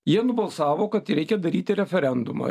jie nubalsavo kad reikia daryti referendumą